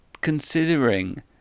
considering